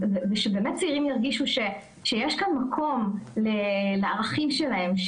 ושבאמת צעירים ירגישו שיש כאן מקום לערכים שלהם,